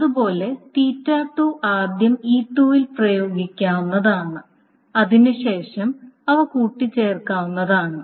അതുപോലെ ആദ്യം E2 ൽ പ്രയോഗിക്കാവുന്നതാണ് അതിനുശേഷം അവ കൂട്ടിച്ചേർക്കാവുന്നതാണ്